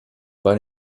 bei